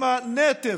הם ה-natives,